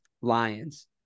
Lions